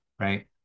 right